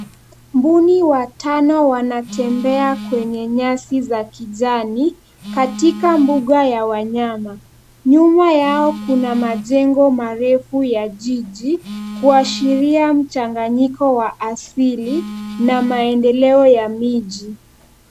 Mbuni watano wanatembea kwenye nyasi za kijani katika mbuga ya wanyama. Nyuma yao kuna majengo marefu ya jiji, kuashiria mchanganyiko wa asili na maendeleo ya miji.